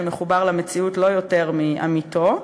שמחובר למציאות לא יותר מעמיתו.